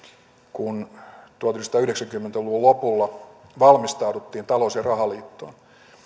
kun tuhatyhdeksänsataayhdeksänkymmentä luvun lopulla valmistauduttiin talous ja rahaliittoon